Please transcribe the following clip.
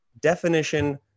definition